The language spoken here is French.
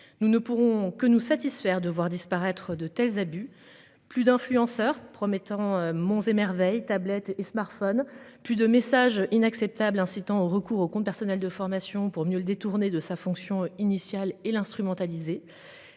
Nous ne pourrons que nous satisfaire de voir disparaître de tels abus. Plus d'influenceurs promettant monts et merveilles. Tablettes et smartphones plus de messages inacceptable incitant au recours au compte personnel de formation pour mieux le détourner de sa fonction initiale et l'instrumentaliser.